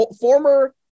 former